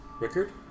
Rickard